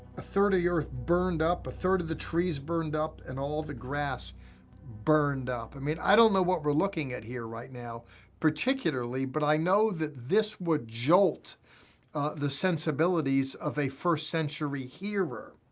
a third of the earth burned up, a third of the trees burned up, and all the grass burned up. i mean, i don't know what we're looking at here right now particularly, but i know that this would jolt the sensibilities of a first-century hearer.